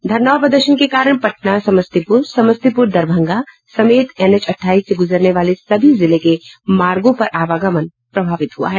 धरना ओर प्रदर्शन के कारण पटना समस्तीपूर समस्तीपूर दरभंगा समेत एन एच अठाईस से गुजरने वाले सभी जिले के मार्गों पर आवागमन प्रभावित हुआ है